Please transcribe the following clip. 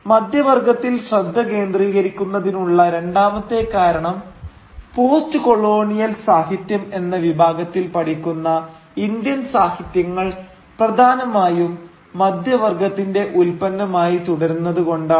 മധ്യവർഗ്ഗത്തിൽ ശ്രദ്ധ കേന്ദ്രീകരിക്കുന്നതിനുള്ള രണ്ടാമത്തെ കാരണം പോസ്റ്റ് കൊളോണിയൽ സാഹിത്യം എന്ന വിഭാഗത്തിൽ പഠിക്കുന്ന ഇന്ത്യൻ സാഹിത്യങ്ങൾ പ്രധാനമായും മധ്യവർഗ്ഗത്തിന്റെ ഉൽപന്നമായി തുടരുന്നത് കൊണ്ടാണ്